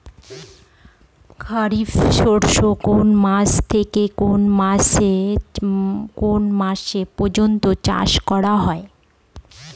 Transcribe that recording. খারিফ শস্য কোন মাস থেকে কোন মাস পর্যন্ত চাষ করা হয়?